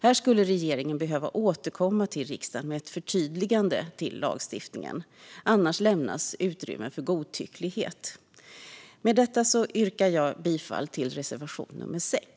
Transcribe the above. Här skulle regeringen behöva återkomma till riksdagen med ett förtydligande av lagstiftningen. Annars lämnas utrymme för godtycklighet. Med detta yrkar jag bifall till reservation nummer 6.